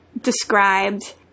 described